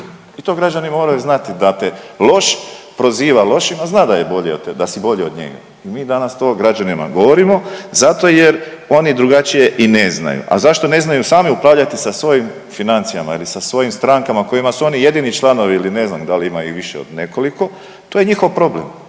I to građani moraju znati da te loš proziva lošim, a zna da je bolji od, da si bolji od njega. I mi danas to građanima govorimo zato jer oni drugačije i ne znaju. A zašto ne znaju sami upravljati sa svojim financijama ili sa svojim strankama kojima su oni jedini članovi ili ne znam da li ih ima više od nekoliko to je njihov problem,